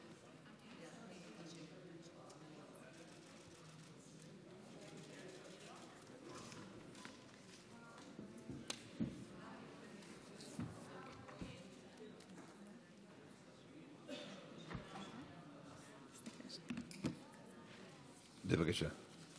בבקשה.